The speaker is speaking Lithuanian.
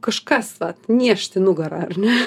kažkas vat niežti nugarą ar ne